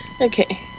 Okay